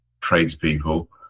tradespeople